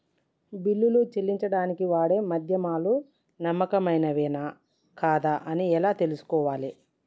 బిల్లులు చెల్లించడానికి వాడే మాధ్యమాలు నమ్మకమైనవేనా కాదా అని ఎలా తెలుసుకోవాలే?